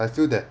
I feel that